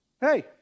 hey